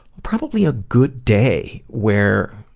probably a good day where